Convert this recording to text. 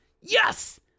Yes